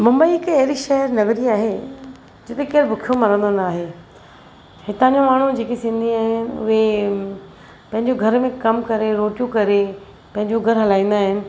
मुंबई हिक अहिड़ी शहर नगरी आहे जिते केर बुखियो मरंदो न आहे हिता जा माण्हू जेके सिंधी आहिनि उहे पंहिंजे घर में कम करे रोटियूं करे पंहिंजो घर हलाईंदा आहिनि